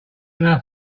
enough